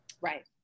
Right